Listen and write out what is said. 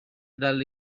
dalle